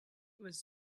was